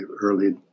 early